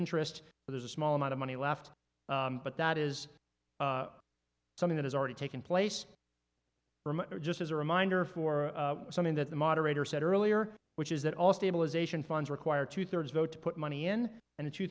interest so there's a small amount of money left but that is something that has already taken place erm there just as a reminder for something that the moderator said earlier which is that all stabilization funds require two thirds vote to put money in and a two